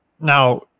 Now